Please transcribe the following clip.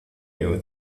you